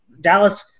Dallas –